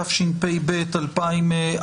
התשפ"ב-2021.